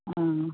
आं